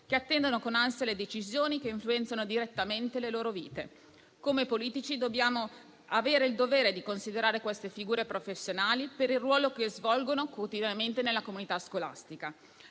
che attendono con ansia le decisioni che influenzano direttamente le loro vite. Come politici, abbiamo il dovere di considerare queste figure professionali per il ruolo che svolgono quotidianamente nella comunità scolastica.